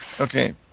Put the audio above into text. Okay